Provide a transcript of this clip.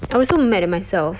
I was so mad at myself